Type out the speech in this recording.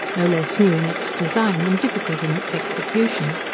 no less new in its design, than difficult in its execution.